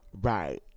right